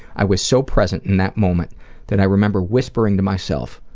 i was so present in that moment that i remember whispering to myself,